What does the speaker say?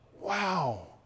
Wow